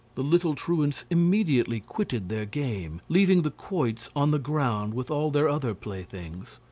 the little truants immediately quitted their game, leaving the quoits on the ground with all their other playthings.